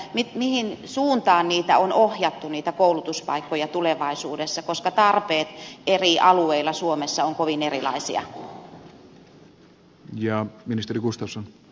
elikkä mihin suuntaan niitä koulutuspaikkoja on ohjattu tulevaisuudessa koska tarpeet eri alueilla suomessa ovat kovin erilaisia